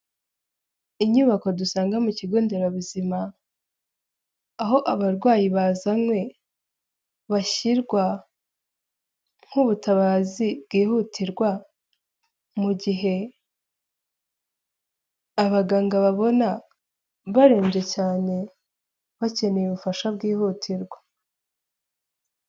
Inyubako dusanga mu kigo nderabuzima, aho abarwayi bazanywe bashyirwa nk'ubutabazi bwihutirwa mu gihe abaganga babona barembye cyane, bakeneye ubufasha bwihutirwa.